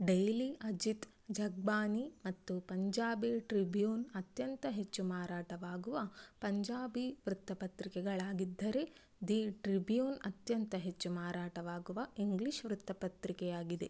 daily Ajit Jagbani ಮತ್ತು Punjabi Tribune ಅತ್ಯಂತ ಹೆಚ್ಚು ಮಾರಾಟವಾಗುವ ಪಂಜಾಬಿ ವೃತ್ತಪತ್ರಿಕೆಗಳಾಗಿದ್ದರೆ ದಿ ಟ್ರಿಬ್ಯೂನ್ ಅತ್ಯಂತ ಹೆಚ್ಚು ಮಾರಾಟವಾಗುವ ಇಂಗ್ಲಿಷ್ ವೃತ್ತಪತ್ರಿಕೆಯಾಗಿದೆ